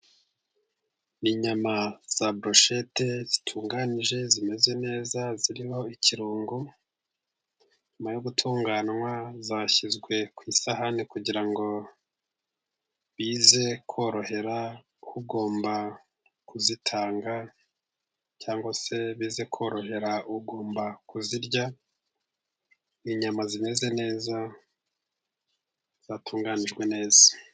N'inyama za boroshete zitunganyije zimeze neza, zirimo ikirungo nyuma yo gutunganywa zashyizwe ku isahani, kugira ngo bize korohera ugomba kuzitanga cyangwa se bize korohera ugomba kuzirya, inyama zimeze neza zatunganyijwe neza.